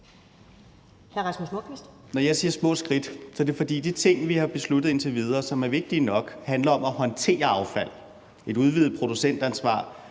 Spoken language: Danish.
Når jeg siger små skridt, er det, fordi de ting, vi har besluttet indtil videre, som er vigtige nok, handler om at håndtere affald. Et udvidet producentansvar